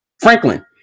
Franklin